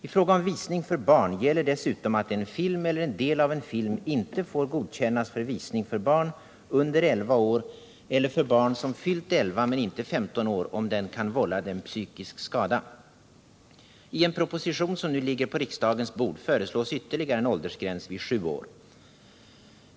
I fråga om visning för barn gäller dessutom att en film eller en del av en film inte får godkännas för visning för barn under elva år eller för barn som fyllt elva men inte femton år om den kan vålla dem psykisk skada. I en proposition som nu ligger på riksdagens bord föreslås ytterligare en åldersgräns vid sju år.